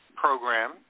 program